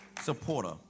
supporter